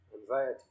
anxiety